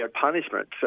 punishment